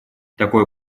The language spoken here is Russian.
такой